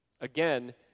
Again